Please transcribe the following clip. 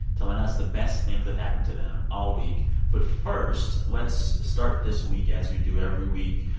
telling us the best things that happened to them all week but first, let's start this week as we do every week.